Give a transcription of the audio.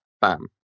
Bam